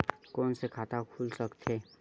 Phone से खाता खुल सकथे?